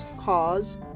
cause